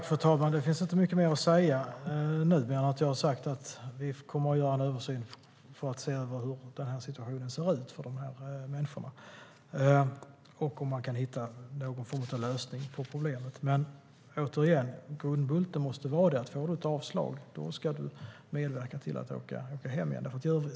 Fru talman! Det finns inte mycket mer att säga. Jag har sagt att vi kommer att göra en översyn för att se hur situationen ser ut för de här människorna och om man kan hitta någon form av lösning på problemet. Återigen: Grundbulten måste vara att får du ett avslag ska du medverka till att åka hem igen.